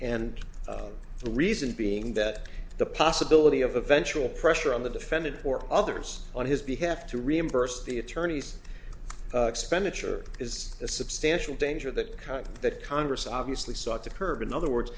and the reason being that the possibility of eventual pressure on the defendant or others on his behalf to reimburse the attorney's expenditure is a substantial danger that kind that congress obviously sought to curb in other words